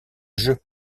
jeu